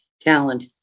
talent